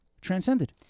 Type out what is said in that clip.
Transcended